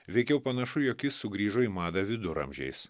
veikiau panašu jog jis sugrįžo į madą viduramžiais